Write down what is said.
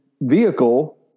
vehicle